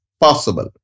possible